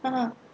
uh